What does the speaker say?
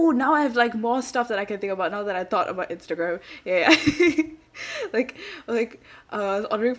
oo now I have like more stuff that I can think about now that I thought about Instagram ya like like uh I was ordering